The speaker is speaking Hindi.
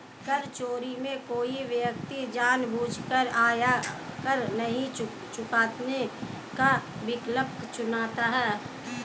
कर चोरी में कोई व्यक्ति जानबूझकर आयकर नहीं चुकाने का विकल्प चुनता है